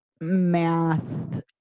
math